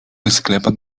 sklepach